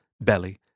Belly